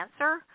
answer